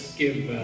give